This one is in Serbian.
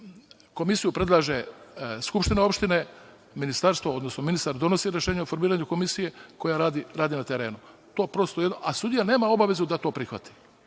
komisiju predlaže skupština opštine, ministarstvo, odnosno ministar donosi rešenje o formiranju komisije, koja radi na terenu, a sudija nema obavezu da to prihvati.